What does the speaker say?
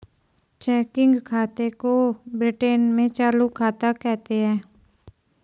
checking खाते को Britain में चालू खाता कहते हैं